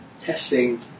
testing